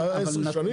עשר שנים?